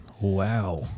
Wow